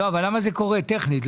למה זה קורה טכנית?